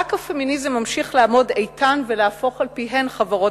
רק הפמיניזם ממשיך לעמוד איתן ולהפוך על פיהן חברות,